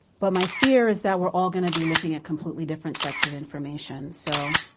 but my fear is that we're all gonna be looking at completely different sets of information. so,